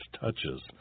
touches